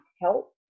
help